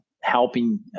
helping